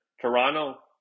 Toronto